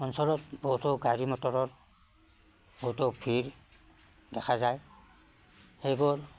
অঞ্চলত বহুতো গাড়ী মটৰত বহুতো ভিৰ দেখা যায় সেইবোৰ